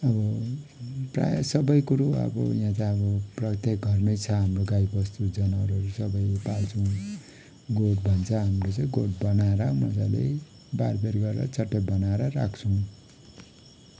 आबो प्रायः सबै कुरो अब यहाँ त अब प्रत्येक घरमै छ हाम्रो गाई बस्तु जनावरहरू सबै पाल्छौँ गोठ भन्छ हाम्रो चाहिँ गोठ बनाएर मजाले बारबेर गरेर चट्टै बनाएर राख्छौँ